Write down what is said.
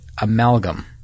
amalgam